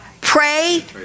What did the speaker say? Pray